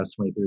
23